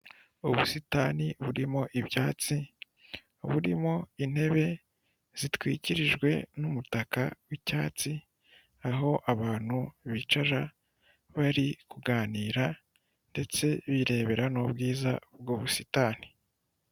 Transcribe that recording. Ubusitani burimo ibyatsi burimo intebe zitwikirijwe numutaka w'icyatsi aho abantu bicara bari kuganira ndetse birebera n'ubwiza bw'ubusitani.